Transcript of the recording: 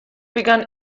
begun